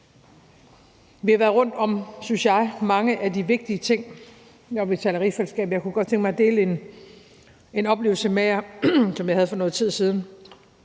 Vi har været rundt om, synes jeg, mange af de vigtige ting, når vi taler rigsfællesskab. Jeg kunne godt tænke mig at dele en oplevelse, som jeg havde for noget tid siden,